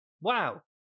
wow